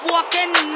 Walking